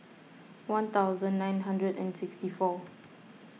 one thousand nine hundred and sixty four